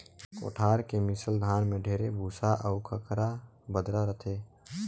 कोठार के मिसल धान में ढेरे भूसा अउ खंखरा बदरा रहथे